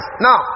Now